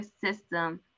system